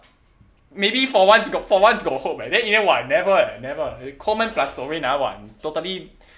maybe for once got for once got hope eh then in the end !wah! never eh never coleman plus soreen ah !wah! totally